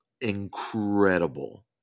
incredible